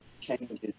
changes